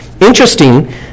Interesting